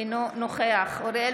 אינו נוכח אוריאל